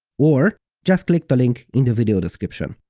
or just click the link in the video description.